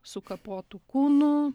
sukapotų kūnų